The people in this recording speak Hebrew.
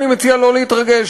אני מציע לא להתרגש,